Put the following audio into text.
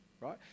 right